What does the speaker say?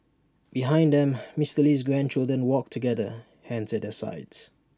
behind them Mister Lee's grandchildren walked together hands at their sides